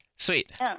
Sweet